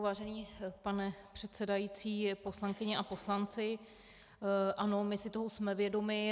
Vážený pane předsedající, poslankyně a poslanci, ano, my si toho jsme vědomi.